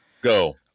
Go